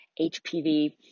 HPV